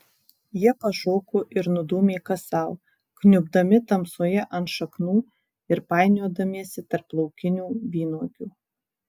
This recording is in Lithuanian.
jie pašoko ir nudūmė kas sau kniubdami tamsoje ant šaknų ir painiodamiesi tarp laukinių vynuogių